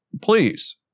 please